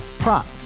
Prop